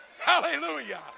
Hallelujah